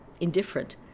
indifferent